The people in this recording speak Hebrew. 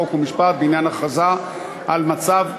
חוק ומשפט בעניין הכרזה על מצב חירום.